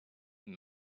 and